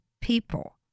people